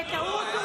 בטעות.